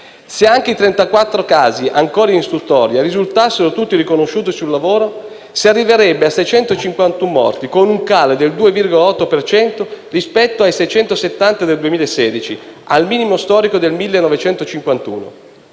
Se anche i 34 casi ancora in istruttoria risultassero tutti riconosciuti sul lavoro, si arriverebbe a 651 morti, con un calo del 2,8 per cento rispetto ai 670 del 2016 (che costituisce il minimo storico dal 1951).